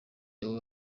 doe